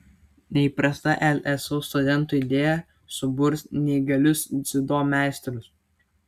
neįprasta lsu studentų idėja suburs neįgalius dziudo meistrus